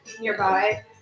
nearby